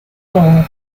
goal